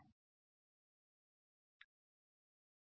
आपको नोड 1 से क्या मिलेगा